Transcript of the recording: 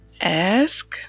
ask